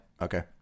Okay